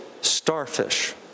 starfish